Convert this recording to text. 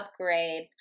upgrades